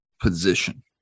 position